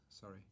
Sorry